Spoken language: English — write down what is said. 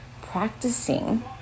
practicing